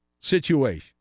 situation